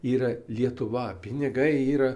yra lietuva pinigai yra